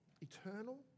Eternal